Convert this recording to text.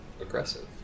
aggressive